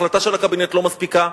ההחלטה של הקבינט לא מספיקה.